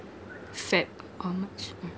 feb or march mm